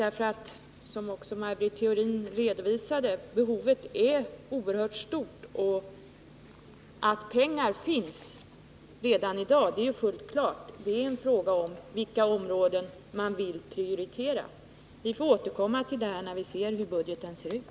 Behovet är nämligen, som också Maj Britt Theorin redovisade, oerhört stort. Att pengar finns redan i dag är fullt klart. Det är alltså en fråga om vilka områden man vill prioritera. Vi får återkomma till den här frågan, när vi ser hur budgeten ser ut.